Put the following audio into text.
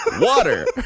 water